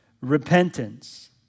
repentance